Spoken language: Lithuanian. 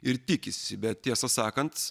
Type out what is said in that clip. ir tikisi bet tiesą sakant